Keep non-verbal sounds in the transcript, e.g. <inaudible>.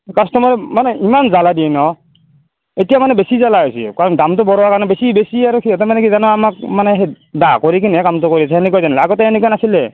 কাষ্টমাৰে মানে ইমান জালা দিয়ে ন' এতিয়া মানে বেছি জালা হৈছে কাৰণ দামটো বঢ়োৱা কাৰণে বেছি বেছি আৰু <unintelligible> আমাক মানে বাহ কৰিকেনে কামটো কৰিছে <unintelligible> আগতে সেনেকুৱা নাছিলে